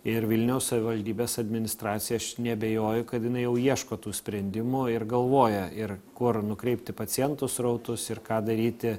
ir vilniaus savivaldybės administracija aš neabejoju kad jinai jau ieško tų sprendimų ir galvoja ir kur nukreipti pacientų srautus ir ką daryti